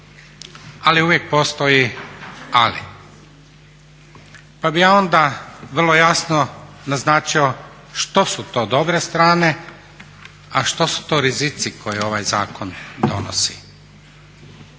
ali uvijek postoji ali. Pa bih ja onda vrlo jasno naznačio što su to dobre strane, a što su to rizici koje ovaj zakon donosi.